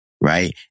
Right